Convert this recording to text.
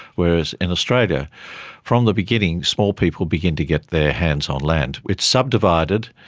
whereas in australia from the beginning small people begin to get their hands on land. it's subdivided.